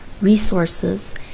resources